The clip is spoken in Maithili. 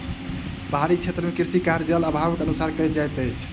पहाड़ी क्षेत्र मे कृषि कार्य, जल अभावक अनुसार कयल जाइत अछि